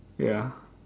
ya